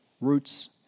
roots